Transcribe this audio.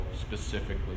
specifically